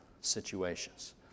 situations